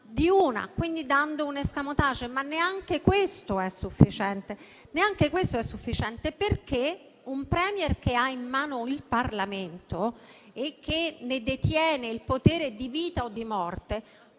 quindi, dando un *escamotage*. Neanche questo, però, è sufficiente, perché un *Premier* che ha in mano il Parlamento e che ne detiene il potere di vita o di morte